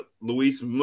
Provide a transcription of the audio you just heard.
Luis